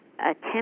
attempt